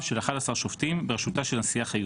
של 11 שופטים בראשותה של הנשיאה חיות.